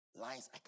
lines